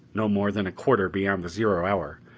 no more than a quarter beyond the zero hour,